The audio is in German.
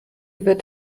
wird